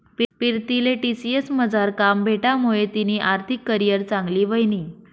पीरतीले टी.सी.एस मझार काम भेटामुये तिनी आर्थिक करीयर चांगली व्हयनी